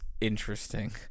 interesting